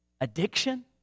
Addiction